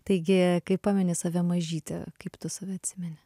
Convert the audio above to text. taigi kaip pameni save mažytę kaip tu save atsimeni